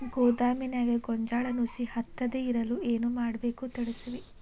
ಗೋದಾಮಿನ್ಯಾಗ ಗೋಂಜಾಳ ನುಸಿ ಹತ್ತದೇ ಇರಲು ಏನು ಮಾಡಬೇಕು ತಿಳಸ್ರಿ